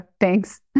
Thanks